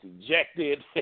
ejected